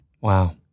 Wow